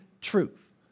truth